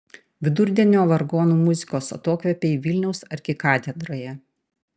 vidurdienio vargonų muzikos atokvėpiai vilniaus arkikatedroje